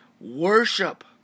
worship